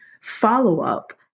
follow-up